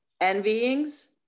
envyings